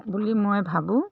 বুলি মই ভাবোঁ